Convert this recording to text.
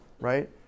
right